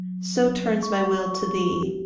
so turns my will to thee,